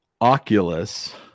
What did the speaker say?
Oculus